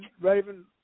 Raven